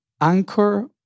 anchor